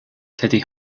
teddy